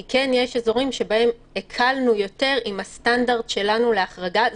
כי יש אזורים שבהם הקלנו יותר עם הסטנדרט שלנו להחרגה,